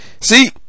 See